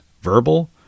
verbal